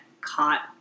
caught